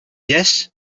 yes